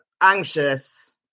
anxious